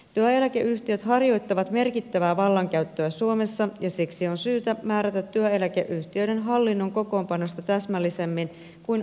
työeläkeyhtiöt harjoittavat merkittävää vallankäyttöä suomessa ja siksi on syytä määrätä työeläkeyhtiöiden hallinnon kokoonpanosta täsmällisemmin kuin aikaisemmassa laissa